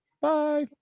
Bye